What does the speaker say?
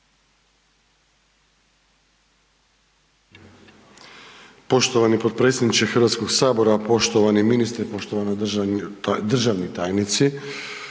Poštovani potpredsjedniče Hrvatskoga sabora, poštovani ministre, poštovani državni tajnici